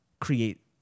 create